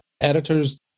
editors